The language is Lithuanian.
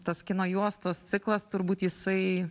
tas kino juostos ciklas turbūt jisai